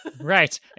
right